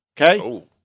okay